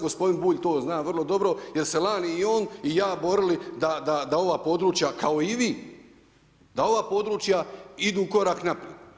Gospodin Bulj to zna vrlo dobro jer smo se lani i on i ja borili da ova područja, kao i vi, da ova područja idu korak naprijed.